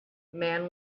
man